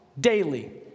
daily